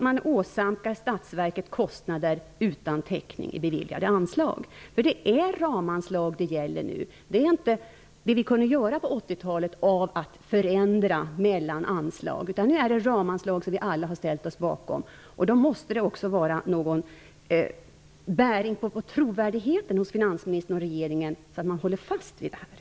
Man åsamkar statsverket kostnader utan täckning i beviljade anslag. Det är ramanslag det gäller nu. Det är inte som på 80-talet, då vi kunde ändra mellan anslag. Nu är det ramanslag, som vi alla har ställt oss bakom. Då måste också trovärdigheten hos finansministern och regeringen vara bärig. Man måste hålla fast vid detta.